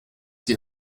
die